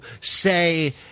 say